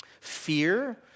fear